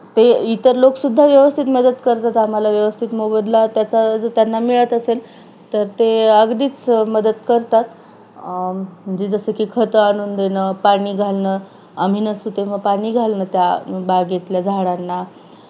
ते इतर लोकसुद्धा व्यवस्थित मदत करतात आम्हाला व्यवस्थित मोबदला त्याचा जर त्यांना मिळत असेल तर ते अगदीच मदत करतात म्हणजे जसं की खतं आणून देणं पाणी घालणं आम्ही नसू तेव्हा पाणी घालणं त्या बागेतल्या झाडांना